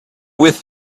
with